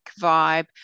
vibe